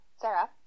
Sarah